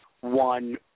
one